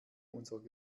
unserer